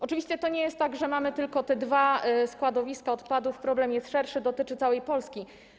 Oczywiście to nie jest tak, że mamy tylko te dwa składowiska odpadów, problem jest szerszy i dotyczy całej Polski.